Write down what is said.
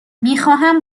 میخواهم